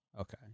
Okay